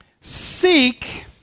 seek